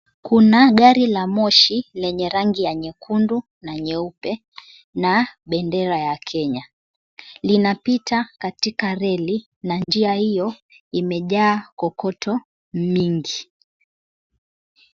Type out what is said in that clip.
Kuna gari la moshi lenye rangi ya nyekundu na nyeupe. Na bendera ya Kenya .Linapita katika reli na njia hiyo imejaa kokoto mingi.